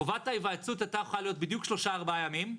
חובת ההיוועצות הייתה יכולה להיות בדיוק שלושה-ארבעה ימים.